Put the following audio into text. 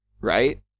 right